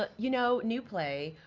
ah you know, new play,